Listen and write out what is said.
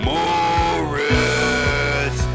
Morris